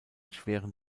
schweren